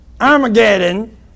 Armageddon